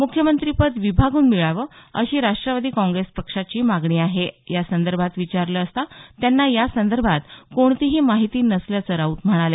मुख्यमंत्रीपद विभागून मिळावं अशी राष्ट्रवादी काँग्रेसची मागणी आहे या संदर्भात विचारलं असता त्यांना या संदर्भात कोणतीही माहिती नसल्याचं राऊत म्हणाले